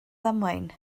ddamwain